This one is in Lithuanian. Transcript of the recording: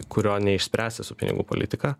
kurio neišspręsi su pinigų politika